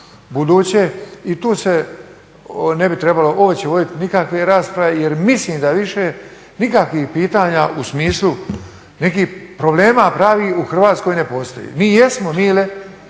ubuduće i tu se ne bi trebalo voditi uopće nikakve rasprave jer mislim da više nikakvih pitanja u smislu nekih problema pravih u Hrvatskoj ne postoji. Mi jesmo, Mile,